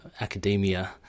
academia